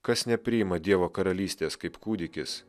kas nepriima dievo karalystės kaip kūdikis